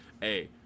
hey